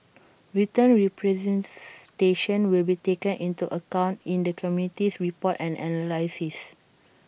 written representations will be taken into account in the committee's report and analysis